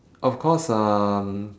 of course um